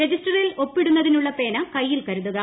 രജിസ്റ്ററിൽ ഒപ്പിടുന്നതിനുള്ള പേന കയ്യിൽ കരുതുക